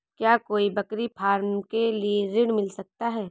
क्या कोई बकरी फार्म के लिए ऋण मिल सकता है?